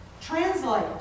translate